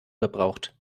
gebraucht